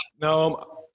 No